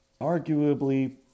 arguably